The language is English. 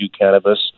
cannabis